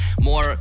More